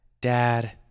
Dad